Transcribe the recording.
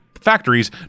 factories